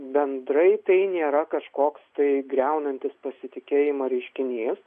bendrai tai nėra kažkoks tai griaunantis pasitikėjimą reiškinys